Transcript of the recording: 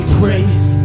grace